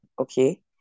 okay